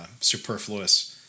superfluous